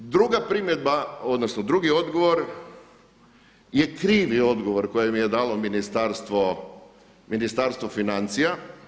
Druga primjedba, odnosno drugi odgovor je krivi odgovor koje mi je dalo Ministarstvo financija.